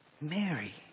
Mary